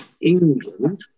England